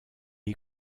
est